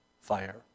fire